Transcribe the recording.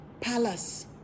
palace